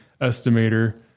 estimator